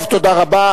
טוב, תודה רבה.